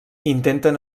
intenten